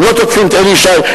הם לא תוקפים את אלי ישי,